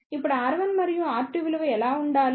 ఇప్పుడు R1 మరియు R2 విలువ ఎలా ఉండాలి